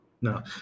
no